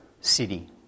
city